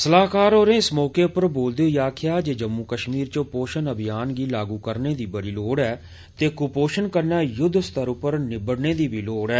सलाहकार होरें इस मौके पर बोलदे होई आक्खेया जे जम्मू कश्मीर च पोषण अभियान गी लागू करने दी बड़ी लोड़ ऐ ते क्पोषण कन्नै युद्ध स्तर पर निबड़ने दी लोड़ ऐ